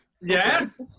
Yes